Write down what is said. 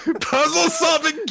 Puzzle-solving